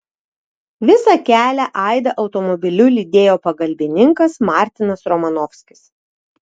visą kelią aidą automobiliu lydėjo pagalbininkas martinas romanovskis